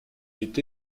est